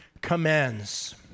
commands